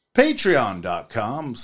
patreon.com